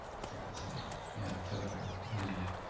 i forgot his name. man, i feel like an idiot.